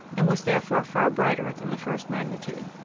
and was therefore far brighter than the first magnitude.